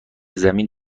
زمین